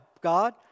God